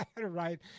Right